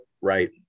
Right